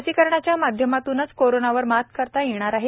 लसीकरणाच्या माध्यमातूनच कोरोनावर मात करता येणार आहे